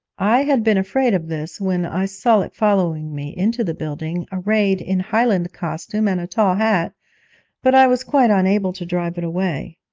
i had been afraid of this when i saw it following me into the building, arrayed in highland costume and a tall hat but i was quite unable to drive it away.